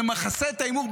נכסה את ההימור,